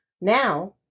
Now